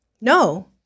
No